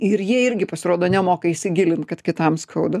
ir jie irgi pasirodo nemoka įsigilint kad kitam skauda